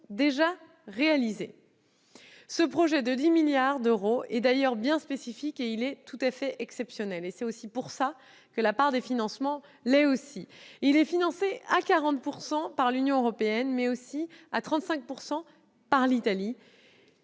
déjà réalisés. Ce projet de 10 milliards d'euros est bien spécifique et tout à fait exceptionnel. C'est aussi pour cela que la part des financements l'est aussi : il est financé à 40 % par l'Union européenne, mais aussi à 35 % par l'Italie.